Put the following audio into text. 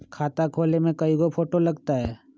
खाता खोले में कइगो फ़ोटो लगतै?